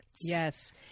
Yes